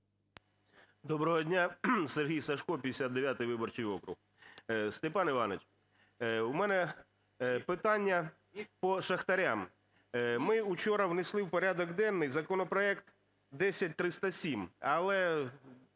Доброго дня! Сергій Сажко, 59 виборчий округ. Степан Іванович, в мене питання по шахтарям. Ми учора внесли в порядок денний законопроект 10307, але,